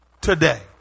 today